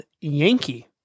Yankee